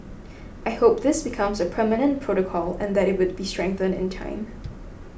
I hope this becomes a permanent protocol and that it would be strengthened in time